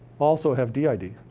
also have did.